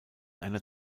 einer